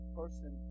person